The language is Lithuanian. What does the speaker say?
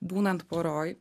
būnant poroj